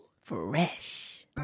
fresh